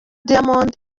diamond